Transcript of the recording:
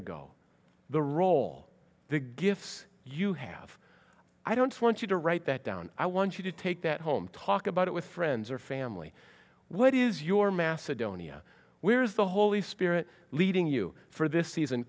to go the role the gifts you have i don't want you to write that down i want you to take that home talk about it with friends or family what is your macedonia where is the holy spirit leading you for this season